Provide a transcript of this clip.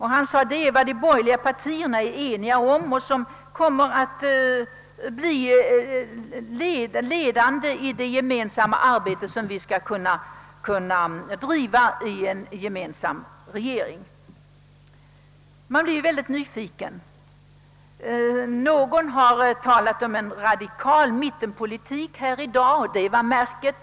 Han sade att de borgerliga partierna var eniga därom och att detta kommer att bli det ledande motivet för det gemensamma arbetet i en kommande regering. Här har någon talat om en radikal mittenpolitik som riktmärke.